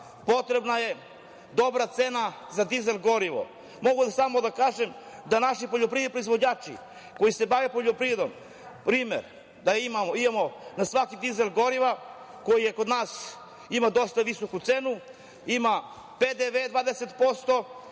potrebna je dobra cena za dizel gorivo. Mogu samo da kažem da naši poljoprivredni proizvođači koji se bave poljoprivredom, primer da imamo na svaki dizel goriva koji kod nas ima dosta visoku cenu ima PDV 20%